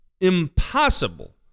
impossible